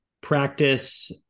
practice